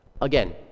Again